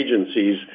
agencies